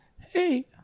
Hey